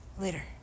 Later